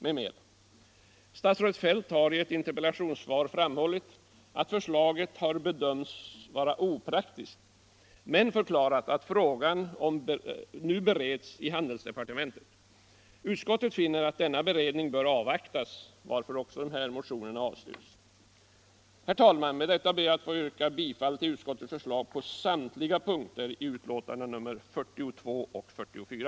Med det anförda ber jag att få yrka bifall till utskottets förslag på samtliga punkter i betänkandena nr 42 och 44.